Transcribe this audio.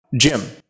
Jim